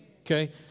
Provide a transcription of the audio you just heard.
Okay